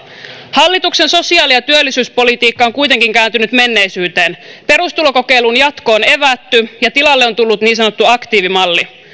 hallituksen sosiaali ja työllisyyspolitiikka on kuitenkin kääntynyt menneisyyteen perustulokokeilun jatko on evätty ja tilalle on tullut niin sanottu aktiivimalli